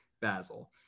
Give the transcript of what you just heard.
Basil